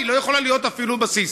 היא לא יכולה להיות אפילו בסיס.